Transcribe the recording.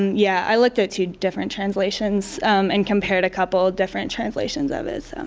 yeah, i looked at two different translations and compared a couple different translations of it so.